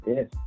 Yes